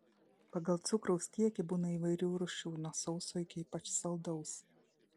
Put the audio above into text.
pagal cukraus kiekį būna įvairių rūšių nuo sauso iki ypač saldaus